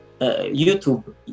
YouTube